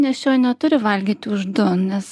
nėščioji neturi valgyti už du nes